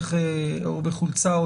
מתחכך בחולצה,